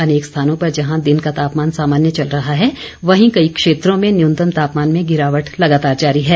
अनेक स्थानों पर जहां दिन का तापमान सामान्य चल रहा है वहीं कई क्षेत्रों में न्यूनतम तापमान में गिरावट लगातार जारी है